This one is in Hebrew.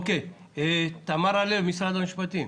תמרה לב ממשרד המשפטים,